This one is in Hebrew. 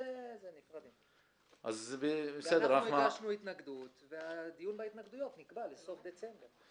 אנחנו הגשנו התנגדות והדיון בהתנגדויות נקבע לסוף דצמבר.